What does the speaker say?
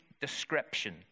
description